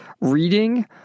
reading